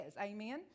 Amen